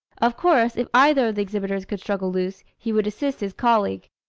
of course if either of the exhibitors could struggle loose, he would assist his colleague.